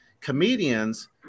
Comedians